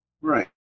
Right